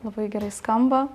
labai gerai skamba